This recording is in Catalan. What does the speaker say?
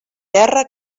terra